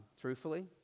Truthfully